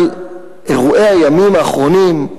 אבל אירועי הימים האחרונים,